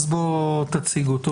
אז בואו תציגו אותו.